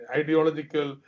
ideological